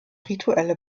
rituelle